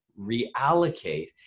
reallocate